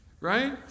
Right